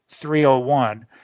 301